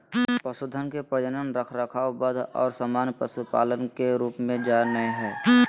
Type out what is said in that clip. पशुधन के प्रजनन, रखरखाव, वध और सामान्य पशुपालन के रूप में जा नयय हइ